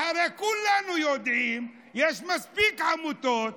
והרי כולנו יודעים, יש מספיק עמותות,